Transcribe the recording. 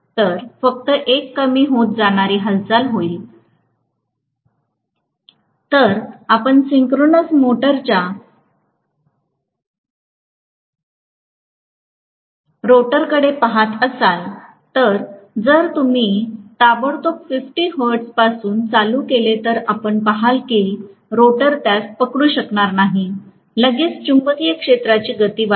तर फक्त एक कमी होत जाणारी हालचाल होईल जर आपण सिंक्रोनस मोटरच्या रोटरकडे पहात असाल तर जर तुम्ही ताबडतोब 50 हर्ट्जपासून चालू केले तर आपण पहाल की रोटर त्यास पकडू शकणार नाही लगेच चुंबकीय क्षेत्राची गती वाढते